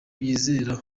yizera